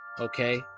okay